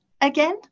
again